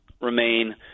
remain